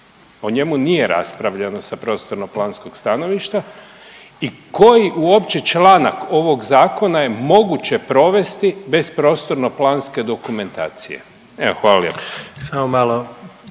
o njemu nije raspravljeno sa prostorno planskog stanovišta i koji uopće članak ovog zakona je moguće provesti bez prostorno planske dokumentacije? Evo hvala